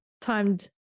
timed